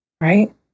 right